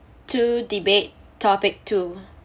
two debate topic two